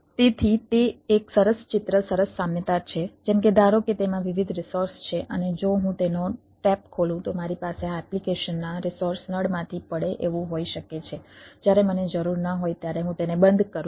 તેથી તે એક સરસ ચિત્ર સરસ સામ્યતા છે જેમ કે ધારો કે તેમાં વિવિધ રિસોર્સ છે અને જો હું તેનો ટેપ ખોલું તો મારી પાસે આ એપ્લિકેશનના રિસોર્સ નળમાંથી પડે એવું હોય શકે છે જ્યારે મને જરુર ન હોય ત્યારે હું તેને બંધ કરું છું